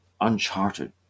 uncharted